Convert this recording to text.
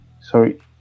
sorry